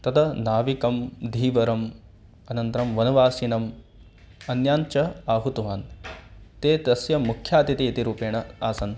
तदा नाविकं धीवरम् अनन्तरं वनवासिनम् अन्यान् च आहुतवान् ते तस्य मुख्यातिथि इति रूपेण आसन्